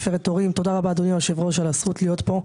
תודה רבה, אדוני היושב ראש, על הזכות להיות פה.